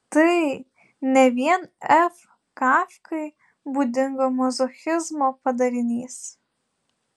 tai ne vien f kafkai būdingo mazochizmo padarinys